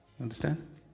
understand